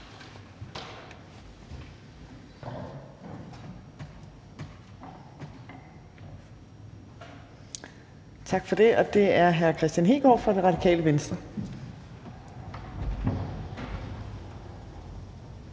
tak for det – og det er hr. Kristian Hegaard fra Det Radikale Venstre.